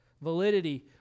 validity